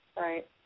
Right